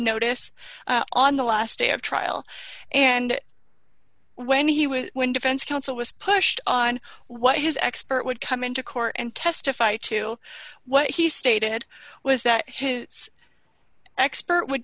notice on the last day of trial and when he was when defense counsel was pushed on what his expert would come into court and testify to what he stated was that his expert would